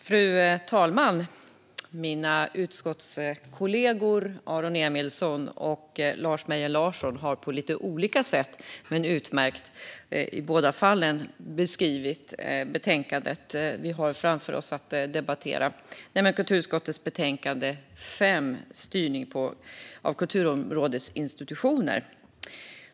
Fru talman! Mina utskottskollegor Aron Emilsson och Lars Mejern Larsson har på lite olika sätt men i båda fall utmärkt beskrivit betänkandet vi har framför oss att debattera, nämligen kulturutskottets betänkande 5 Styrning av kulturområdets institutioner .